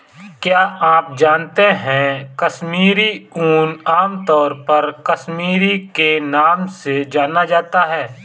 क्या आप जानते है कश्मीरी ऊन, आमतौर पर कश्मीरी के नाम से जाना जाता है?